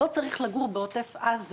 לא צריך לגור בעוטף עזה